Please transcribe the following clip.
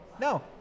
No